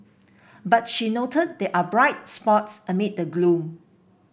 but she noted there are bright spots amid the gloom